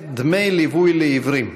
הנושא: דמי ליווי לעיוורים.